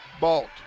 Balt